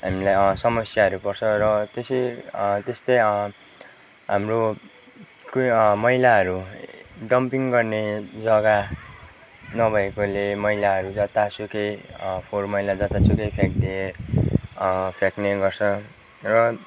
हामीलाई समस्या पर्छ र त्यसै त्यस्तै हाम्रो कु मैलाहरू डम्पिङ गर्ने जग्गा नभएकोले मैलाहरू जतासुकै फोहोर मैला जतासुकै फ्याँकने फ्याँक्ने गर्छ र